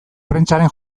prentsaren